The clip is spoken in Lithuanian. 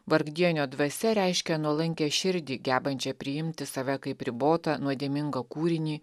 vargdienio dvasia reiškia nuolankią širdį gebančią priimti save kaip ribotą nuodėmingą kūrinį